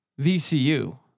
VCU